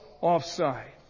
offside